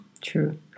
true